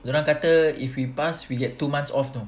dorang kata if we pass we get two months off know